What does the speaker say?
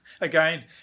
Again